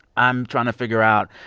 i'm trying to figure out,